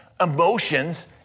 emotions